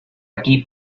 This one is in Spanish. aquí